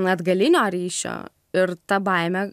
atgalinio ryšio ir ta baimė